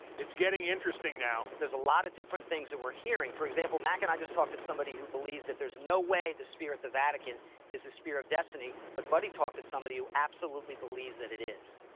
it's getting interesting now. there's a lot of different things that we're hearing. for example, mac and i just talked to somebody who believes that there's no way the spear at the vatican is the spear of destiny. but buddy talked to somebody who absolutely believes that it is.